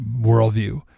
worldview